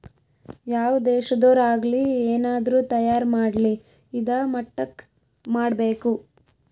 ಯಾವ್ ದೇಶದೊರ್ ಆಗಲಿ ಏನಾದ್ರೂ ತಯಾರ ಮಾಡ್ಲಿ ಇದಾ ಮಟ್ಟಕ್ ಮಾಡ್ಬೇಕು